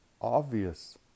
obvious